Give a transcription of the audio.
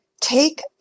take